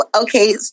Okay